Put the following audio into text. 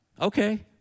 okay